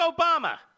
Obama